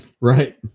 Right